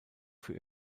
für